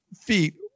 feet